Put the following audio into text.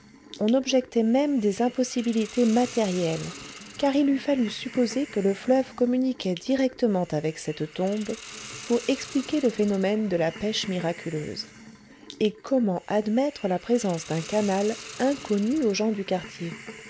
on objectait même des impossibilités matérielles car il eût fallu supposer que le fleuve communiquait directement avec cette tombe pour expliquer le phénomène de la pêche miraculeuse et comment admettre la présence d'un canal inconnu aux gens du quartier